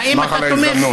אשמח על ההזדמנות.